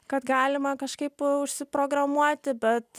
kad galima kažkaip užsiprogramuoti bet